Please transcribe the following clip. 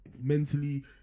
mentally